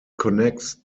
connects